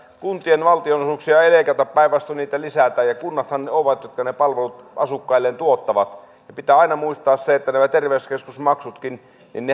kuntien valtionosuuksia ei leikata päinvastoin niitä lisätään ja kunnathan ne palvelut asukkailleen tuottavat ja pitää aina muistaa se että kunnathan nämä terveyskeskusmaksutkin